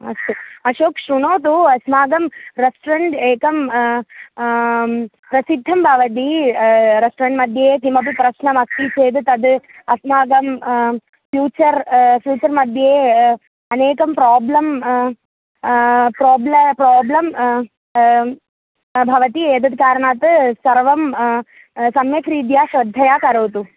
अस्तु अशोकः शृणोतु अस्माकं रेस्टोरेण्ट् एकं प्रसिद्धं भवति रेस्टोरेण्ट् मध्ये किमपि प्रश्नमस्ति चेत् तद् अस्माकं फ़्यूचर् फ़्यूचर् मध्ये अनेकं प्राब्लं प्राब्ल प्राब्लं भवति एतत् कारणात् सर्वं सम्यक्रीत्या श्रद्धया करोतु